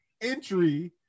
entry